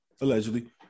Allegedly